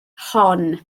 hon